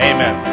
Amen